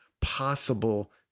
possible